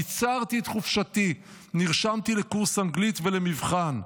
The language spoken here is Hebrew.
קיצרתי את חופשתי, נרשמתי לקורס אנגלית ולמבחן.